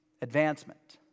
advancement